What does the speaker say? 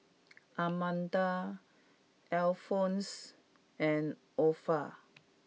Amanda Alphonse and Orpha